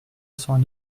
cents